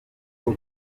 bwo